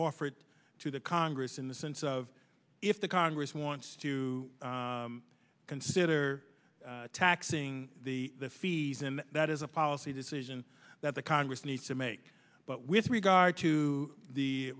offer it to the congress in the sense of if the congress wants to consider taxing the fees and that is a policy decision that the congress needs to make but with regard to the